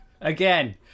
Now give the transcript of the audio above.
Again